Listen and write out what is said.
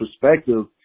perspective